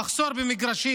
המחסור במגרשים